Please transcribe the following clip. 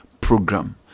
program